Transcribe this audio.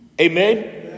Amen